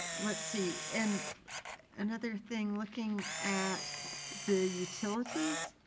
let's see, and another thing looking at the utilities,